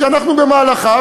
שאנחנו במהלכה.